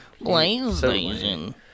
PlayStation